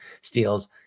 steals